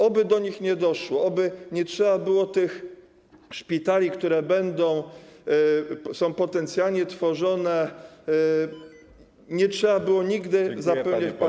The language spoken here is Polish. Oby do nich nie doszło, oby nie trzeba było tych szpitali, które są potencjalnie tworzone, nie trzeba było nigdy zapełniać pacjentami.